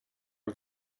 are